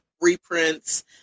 reprints